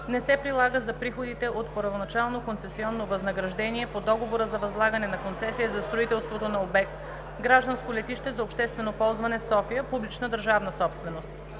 не се прилага за приходите от първоначално концесионно възнаграждение по договора за възлагане на концесия за строителство на обект „Гражданско летище за обществено ползване София“ – публична държавна собственост.